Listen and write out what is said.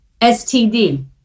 std